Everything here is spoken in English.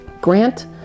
Grant